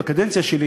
בקדנציה שלי